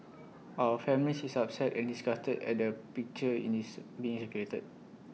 our family is upset and disgusted at the picture in his being circulated